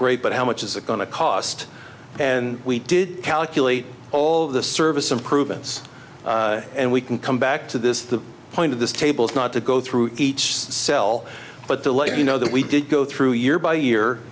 but how much is it going to cost and we did calculate all of the service improvements and we can come back to this the point of this table is not to go through each cell but to let you know that we did go through year by year